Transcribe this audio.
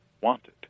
wanted